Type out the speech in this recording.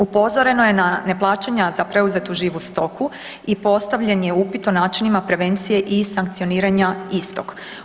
Upozoreno je na neplaćanja za preuzetu životu stoku i postavljen je upit o načinima prevencije i sankcioniranja istog.